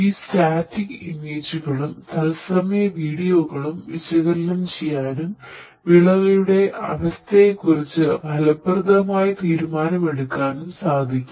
ഈ സ്റ്റാറ്റിക് ഇമേജുകളും തത്സമയ വീഡിയോകളും വിശകലനം ചെയ്യാനും വിളയുടെ അവസ്ഥയെക്കുറിച്ച് ഫലപ്രദമായ തീരുമാനമെടുക്കാനും സാധിക്കും